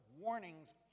Warnings